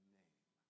name